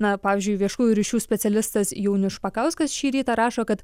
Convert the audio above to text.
na pavyzdžiui viešųjų ryšių specialistas jaunius špakauskas šį rytą rašo kad